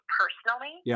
personally